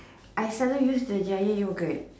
I seldom use the giant yogurt